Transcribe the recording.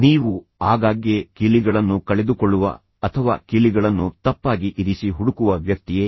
ನೀವು ಆಗಾಗ್ಗೆ ಕೀಲಿಗಳನ್ನು ಕಳೆದುಕೊಳ್ಳುವ ಅಥವಾ ಕೀಲಿಗಳನ್ನು ತಪ್ಪಾಗಿ ಇರಿಸಿ ಹುಡುಕುವ ವ್ಯಕ್ತಿಯೇ